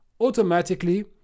automatically